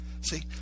See